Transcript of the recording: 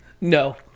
No